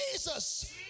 Jesus